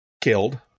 killed